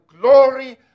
glory